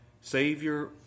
Savior